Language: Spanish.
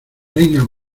reina